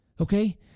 Okay